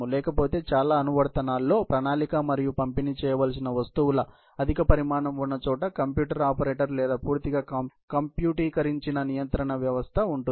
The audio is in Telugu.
లేకపోతే చాలా అనువర్తనాల్లో ప్రణాళిక మరియు పంపిణీ చేయవలసిన వస్తువుల అధిక పరిమాణం ఉన్న చోట కంప్యూటర్ ఆపరేటర్ లేదా పూర్తిగా కంప్యూటరీకరించిన నియంత్రణ ఉంటుంది